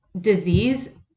disease